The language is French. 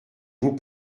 vous